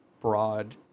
broad